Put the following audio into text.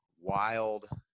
wild